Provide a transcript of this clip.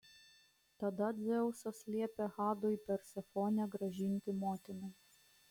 tada dzeusas liepė hadui persefonę grąžinti motinai